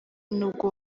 n’ubwo